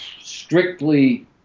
strictly